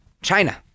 China